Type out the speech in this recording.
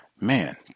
man